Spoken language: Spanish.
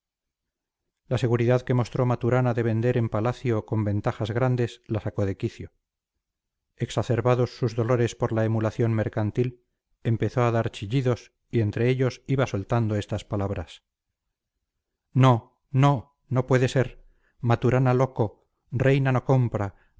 la seguridad que mostró maturana de vender en palacio con ventajas grandes la sacó de quicio exacerbados sus dolores por la emulación mercantil empezó a dar chillidos y entre ellos iba soltando estas palabras no no no puede ser maturana loco reina no compra